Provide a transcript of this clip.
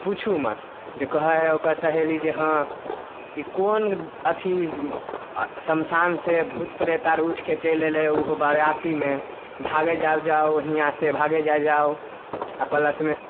पुछु मत जे कहै है ओकर सहेली जे हँ ई कोन अथी शमशान से भुत प्रेत आर ऊइठ के चैल एलै ऊहो बराती मे भागै जाइ जाउ हियाँ से भागै जाइ जाउ आ प्लस मे